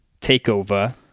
TakeOver